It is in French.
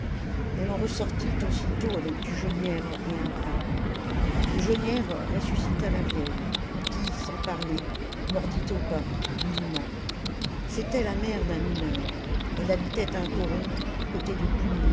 elle en ressortit aussitôt avec du genièvre et un pain le genièvre ressuscita la vieille qui sans parler mordit au pain goulûment c'était la mère d'un mineur elle habitait un coron du côté de